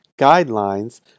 Guidelines